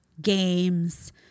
Games